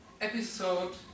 Episode